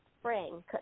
spring